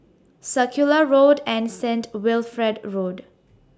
Circular Road and Saint Wilfred Road